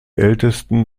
ältesten